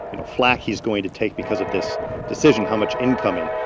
you know, flak he's going to take because of this decision, how much incoming.